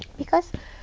because